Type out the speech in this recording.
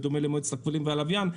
בדומה למועצת הכבלים והלוויין,